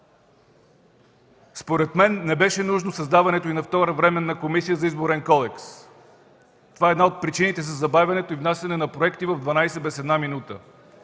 Според мен, не беше нужно създаването и на втора Временна комисия за Изборен кодекс. Това е една от причините за забавянето и внасянето на проекти в дванадесет часа без една минута.